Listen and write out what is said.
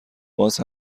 باز